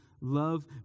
love